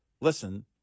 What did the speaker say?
Listen